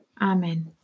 Amen